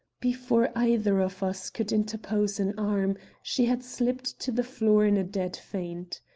before either of us could interpose an arm, she had slipped to the floor in a dead faint.